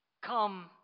come